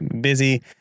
Busy